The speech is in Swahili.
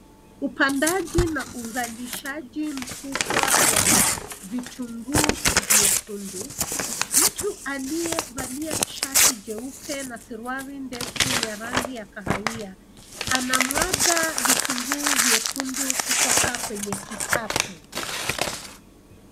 Upandaji na uzalishaji mkubwa wa vitunguu vyekundu. Mtu aliyevalia shati jeupe na suruali ndefu ya rangi ya kahawia, anamwaga vitunguu vyekundu kutoka kwenye kikapu.